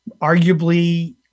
arguably